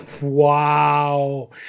Wow